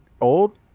old